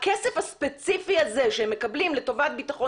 הכסף הספציפי הזה שהם מקבלים לטובת בטחון